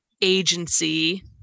agency